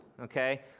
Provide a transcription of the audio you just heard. okay